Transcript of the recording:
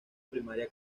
primaria